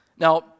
Now